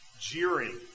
jeering